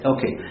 Okay